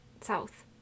South